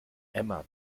emma